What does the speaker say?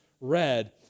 read